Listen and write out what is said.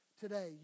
Today